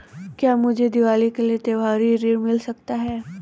क्या मुझे दीवाली के लिए त्यौहारी ऋण मिल सकता है?